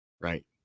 Right